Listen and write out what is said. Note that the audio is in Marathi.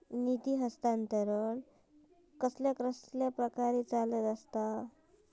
निधी हस्तांतरण कसल्या कसल्या प्रकारे चलता?